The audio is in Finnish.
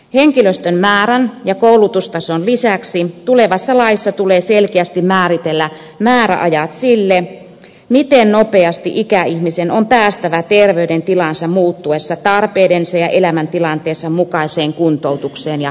henkilöstön määrän ja koulutustason lisäksi tulevassa laissa tulee selkeästi määritellä määräajat sille miten nopeasti ikäihmisen on päästävä terveydentilansa muuttuessa tarpeidensa ja elämäntilanteensa mukaiseen kuntoutukseen ja hoitoon